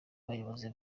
abayobozi